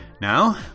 Now